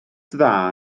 dda